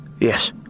Yes